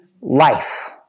life